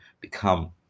become